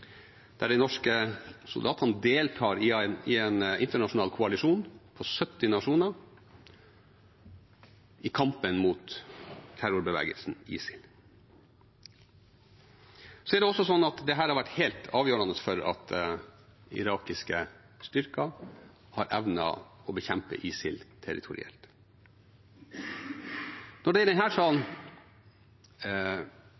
der de norske soldatene deltar i en internasjonal koalisjon på 70 nasjoner i kampen mot terrorbevegelsen ISIL. Dette har vært helt avgjørende for at irakiske styrker har evnet å bekjempe ISIL territorielt. Når det i denne salen brukes ord som «rosenrødt» om den